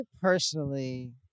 personally